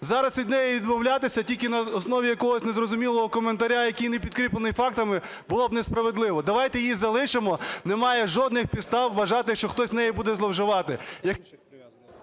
Зараз від неї відмовлятися тільки на основі якогось незрозумілого коментаря, який не підкріплений фактами, було б несправедливо. Давайте її залишимо, немає жодних підстав вважати, що хтось нею буде зловживати.